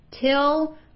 till